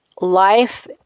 life